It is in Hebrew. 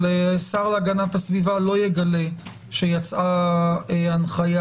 אבל שר להגנת הסביבה לא יגלה שיצאה הנחיה